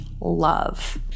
love